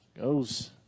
Goes